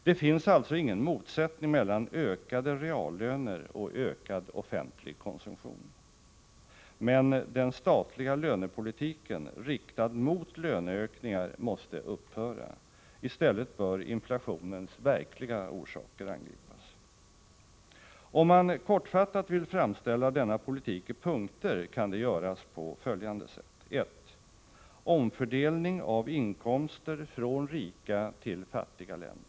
Det finns alltså ingen motsättning mellan ökade reallöner och ökad offentlig konsumtion. Men den statliga — Nr 49 lönepolitiken riktad mot löneökningar måste upphöra. I stället bör inflatio nens verkliga orsaker angripas. 12 december 1984 Om man kortfattat vill framställa denna politik i punkter kan det göras på följande sätt: 4 Den ekonomiska 1. Omfördelning av inkomster från rika till fattiga länder.